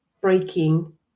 breaking